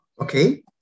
Okay